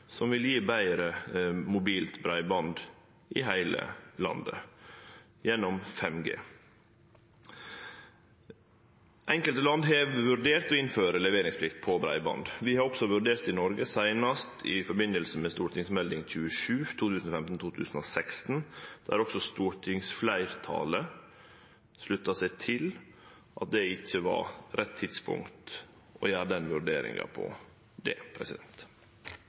som vil gje betre mobilt breiband i heile landet gjennom 5G. Enkelte land har vurdert å innføre leveringsplikt på breiband. Vi har også vurdert det i Noreg, seinast i samband med Meld. St. nr. 27 for 2015–2016, der også stortingsfleirtalet slutta seg til at det ikkje var rett tidspunkt å gjere den vurderinga på. Til det